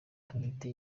bwite